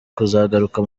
kuzagaruka